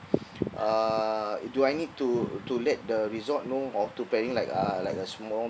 uh do I need to to let the resort know or to prepare like uh like a small